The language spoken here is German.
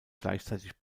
gleichzeitig